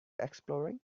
exploring